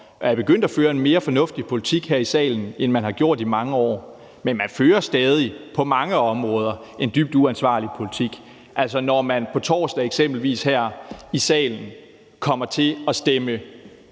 er begyndt at føre en mere fornuftig politik her i salen, end man har gjort i mange år, men man fører stadig på mange områder en dybt uansvarlig politik. Altså, man kommer eksempelvis på torsdag her i salen til at stemme